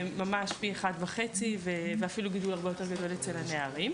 אז זה ממש פי אחד וחצי ואפילו גידול הרבה יותר גדול אצל הנערים.